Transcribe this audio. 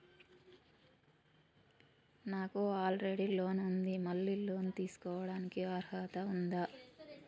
నాకు already loan ఉండి మళ్ళీ లోన్ తీసుకోవడానికి అర్హత ఉందా?